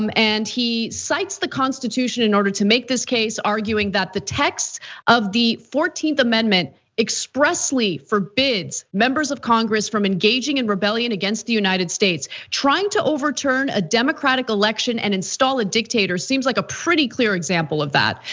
um and he cites the constitution in order to make this case arguing that the text of the fourteenth amendment expressly forbids members of congress from engaging in rebellion against the united states trying to overturn a democratic election and install a dictator seems like a pretty clear example of that.